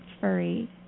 furry